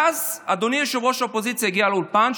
ואז אדוני ראש האופוזיציה הגיע לאולפן,